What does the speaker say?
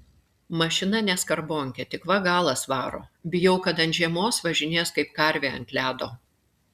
mašina ne skarbonkė tik va galas varo bijau kad ant žiemos važinės kaip karvė ant ledo